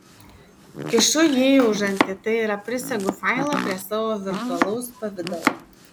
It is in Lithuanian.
kišu jį į užantį tai yra prisegu failą prie savo virtualaus pavidalo